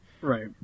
Right